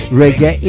reggae